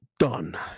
Done